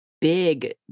big